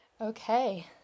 Okay